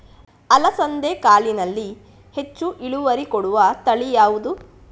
ಅಲಸಂದೆ ಕಾಳಿನಲ್ಲಿ ಹೆಚ್ಚು ಇಳುವರಿ ಕೊಡುವ ತಳಿ ಯಾವುದು?